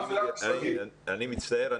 אני מצטער,